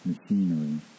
machinery